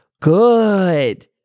good